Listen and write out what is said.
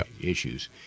issues